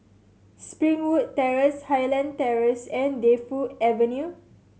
Springwood Terrace Highland Terrace and Defu Avenue